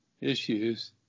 issues